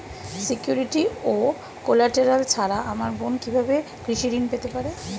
Security ও collateral ছাড়া আমার বোন কিভাবে কৃষি ঋন পেতে পারে?